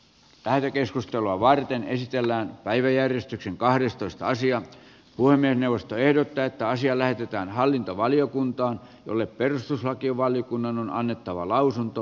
taidekeskustelua varten esitellään päiväjärjestyksen kahdestoista sijalle kuin ne puhemiesneuvosto ehdottaa että asia lähetetään hallintovaliokuntaan jolle perustuslakivaliokunnan on annettava lausunto